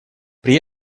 при